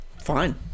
fine